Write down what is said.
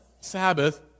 Sabbath